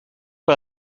par